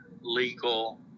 legal